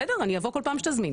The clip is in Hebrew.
בסדר אני אבוא כל פעם שתזמין.